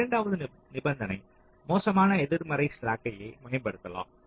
இரண்டாவது நிபந்தனை மோசமான எதிர்மறை ஸ்லாக்யை மேம்படுத்தலாம்